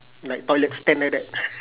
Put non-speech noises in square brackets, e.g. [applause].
like toilet stand like that [laughs]